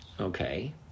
okay